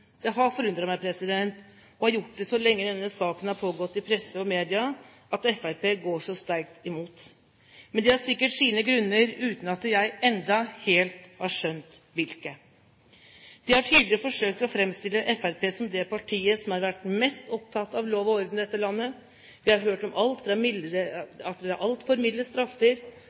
Det har forundret meg, og har gjort det så lenge denne saken har pågått i presse og media, at Fremskrittspartiet går så sterkt imot. Men de har sikkert sine grunner, uten at jeg ennå helt har skjønt hvilke. De har tidligere forsøkt å framstille Fremskrittspartiet som det partiet som har vært mest opptatt av lov og orden i dette landet. Vi har hørt om at det er altfor milde straffer, at